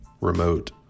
Remote